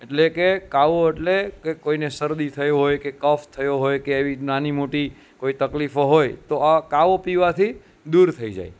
એટલે કે કાવો એટલે કે કોઈને શરદી થય હોય કે કફ થયો હોય કે એવી નાની મોટી કોઈ તકલીફો હોય તો આ કાવો પીવાથી દૂર થાય જાય